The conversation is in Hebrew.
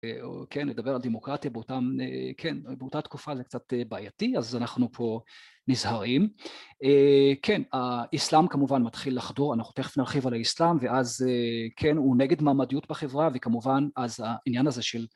כן לדבר על דמוקרטיה באותה תקופה זה קצת בעייתי אז אנחנו פה נזהרים כן האיסלאם כמובן מתחיל לחדור אנחנו תכף נרחיב על האיסלאם ואז כן הוא נגד מעמדיות בחברה וכמובן אז העניין הזה של